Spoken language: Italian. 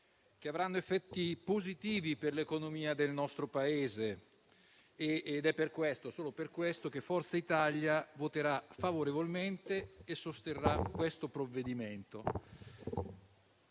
che avranno buoni effetti sull'economia del nostro Paese. È solo per questo che Forza Italia voterà favorevolmente e sosterrà questo provvedimento.